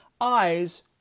eyes